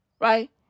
Right